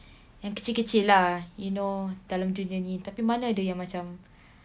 yang kecil-kecil lah you know tapi mana ada yang macam